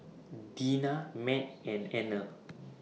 Dena Mat and Anner